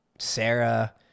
Sarah